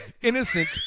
innocent